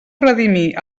redimir